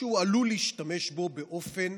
שהוא עלול להשתמש בו באופן